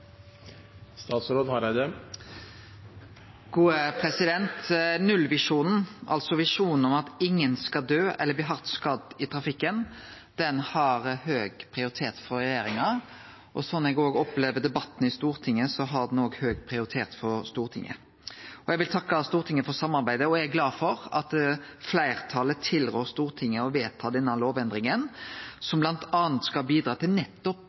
Nullvisjonen, altså visjonen om at ingen skal døy eller bli hardt skadd i trafikken, har høg prioritet for regjeringa, og slik eg opplever debatten i Stortinget, har han òg høg prioritet for Stortinget. Eg vil takke Stortinget for samarbeidet, og eg er glad for at fleirtalet tilrår Stortinget å vedta denne lovendringa, som bl.a. skal bidra til nettopp